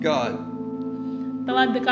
God